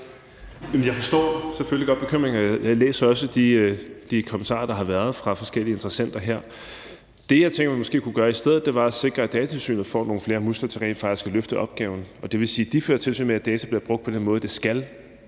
Jeg forstår selvfølgelig godt bekymringen. Jeg læser også de kommentarer, der har været fra forskellige interessenter her. Det, jeg tænker man måske kunne gøre i stedet, var at sikre, at Datatilsynet får nogle flere muskler til rent faktisk at løfte opgaven. Det vil sige, at de fører tilsyn med, at data bliver brugt på den måde, det skal;